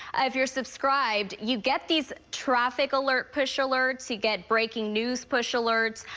ah if you are subscribed, you get these traffic alert, push alerts, you get breaking news push alerts.